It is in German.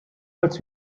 als